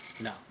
No